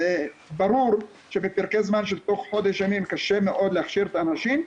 ברור שבפרקי זמן של תוך חודש ימים קשה מאוד להכשיר את האנשים.